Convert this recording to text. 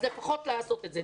אז לפחות לעשות את זה.